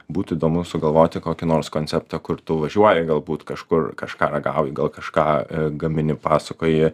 būtų įdomu sugalvoti kokį nors konceptą kur tu važiuoji galbūt kažkur kažką ragauji gal kažką gamini pasakoji